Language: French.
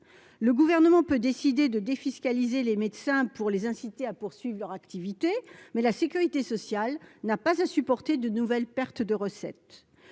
Le Gouvernement peut décider de défiscaliser les médecins pour les inciter à poursuivre leur activité, mais la sécurité sociale n'a pas à supporter de nouvelles pertes de recettes.